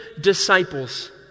disciples